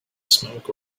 smoke